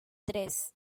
tres